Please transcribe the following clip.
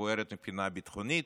בוערת מבחינה ביטחונית,